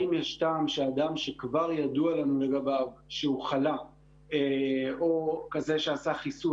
אם יש טעם שאדם שכבר ידוע לנו לגביו שהוא חלה או כזה שעשה חיסון,